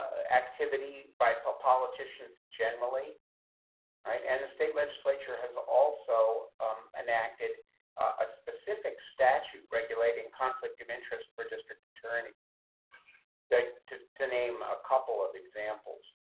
activity by politicians generally right and the state legislature has also enacted a specific statute regulating conflict of interest for district attorneys that to to name a couple of examples.